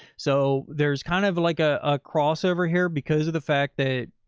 so there's kind of like a ah crossover here because of the fact that,